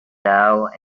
dough